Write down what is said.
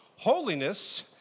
Holiness